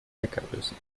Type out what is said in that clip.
leckerbissen